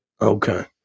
Okay